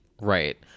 Right